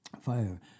Fire